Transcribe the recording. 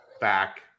back